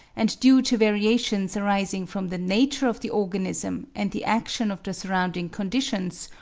and due to variations arising from the nature of the organism and the action of the surrounding conditions,